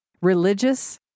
religious